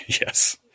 yes